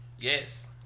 Yes